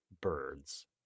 birds